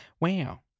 Wow